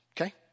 okay